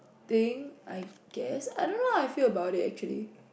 thing I guess I don't know how I feel about it actually